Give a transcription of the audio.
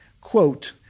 Quote